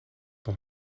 nog